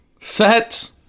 set